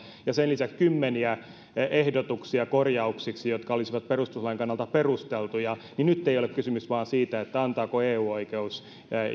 ja sen lisäksi kymmeniä ehdotuksia korjauksiksi jotka olisivat perustuslain kannalta perusteltuja nyt ei ole kysymys vain siitä antavatko eu oikeus